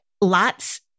lots